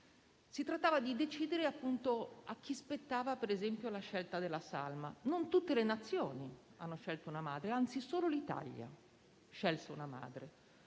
si trattava di decidere a chi spettasse, ad esempio, la scelta della salma. Non tutte le Nazioni hanno scelto una madre; anzi, solo l'Italia ha scelto una madre.